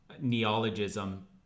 neologism